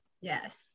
Yes